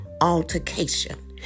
altercation